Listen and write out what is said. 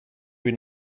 been